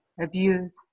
abuse